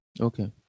okay